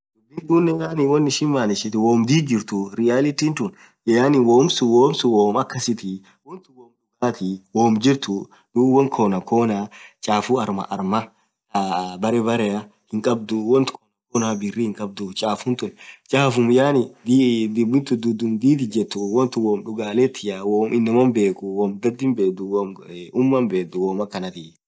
dhubi tunen yaani won ishin manishithun woom dhidh jirthu reality tun yaani wonsun wonsun woom akasithii woomthun woom dhugathi woom jirthu dhub won khona khona chaffu armaa armaa thaa berre berre hinkhadhuu wonth khona khona birr hinkhabdu chafun tun chafum yaani dhirbuthun dhiii ijethuu womm dhugalethia woom inamaa bhekhu woom dhadhin bedhu woom umaa bedhu wom akhana thana